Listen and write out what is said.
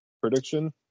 prediction